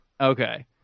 Okay